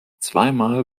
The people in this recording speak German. zweimal